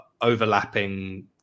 overlapping